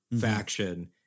faction